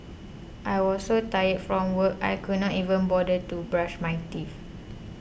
I was so tired from work I could not even bother to brush my teeth